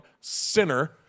Sinner